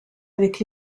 avec